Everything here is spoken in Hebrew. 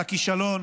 על הכישלון